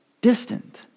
distant